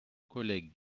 collègue